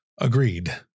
Agreed